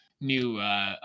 new